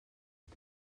mit